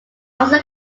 also